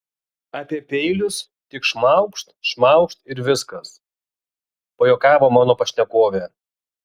apie peilius tik šmaukšt šmaukšt ir viskas pajuokavo mano pašnekovė